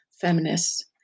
feminists